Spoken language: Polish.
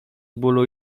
bólu